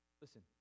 listen